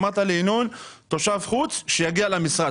אמרת לינון תושב חוץ שיגיע למשרד.